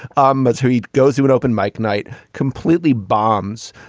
um but he goes he would open mike night completely bomb's